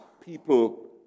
people